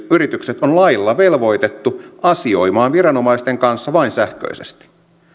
yritykset on lailla velvoitettu asioimaan viranomaisten kanssa vain sähköisesti